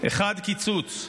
1. קיצוץ.